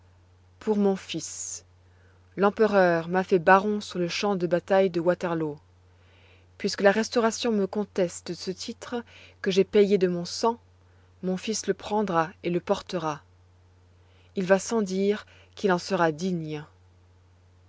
pour mon fils l'empereur m'a fait baron sur le champ de bataille de waterloo puisque la restauration me conteste ce titre que j'ai payé de mon sang mon fils le prendra et le portera il va sans dire qu'il en sera digne